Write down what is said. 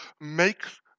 makes